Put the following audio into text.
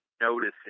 noticing